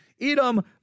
Edom